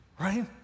right